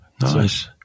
Nice